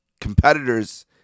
competitors